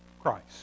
Christ